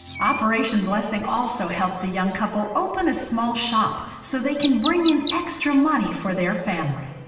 operation blessing also helped the young couple open a small shop, so they can bring in extra money for their family.